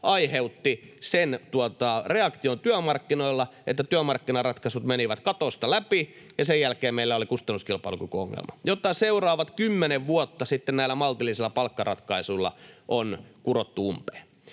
aiheutti sen reaktion työmarkkinoilla, että työmarkkinaratkaisut menivät katosta läpi, ja sen jälkeen meillä oli kustannuskilpailukykyongelma, jota seuraavat 10 vuotta sitten näillä maltillisilla palkkaratkaisuilla on kurottu umpeen.